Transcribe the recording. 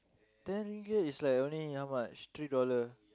ten ringgit is like only how much three dollar